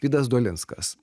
vydas dolinskas